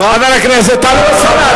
חבר הכנסת טלב אלסאנע,